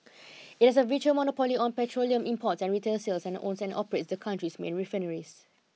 it has a virtual monopoly on petroleum imports and retail sales and owns and operates the country's main refineries